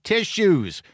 Tissues